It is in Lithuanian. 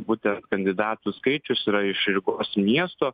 būtent kandidatų skaičius yra iš rygos miesto